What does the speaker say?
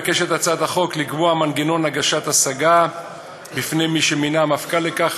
מוצע בהצעת החוק לקבוע מנגנון הגשת השגה בפני מי שמינה המפכ"ל לכך